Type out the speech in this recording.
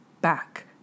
back